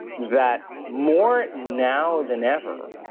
that more now than ever,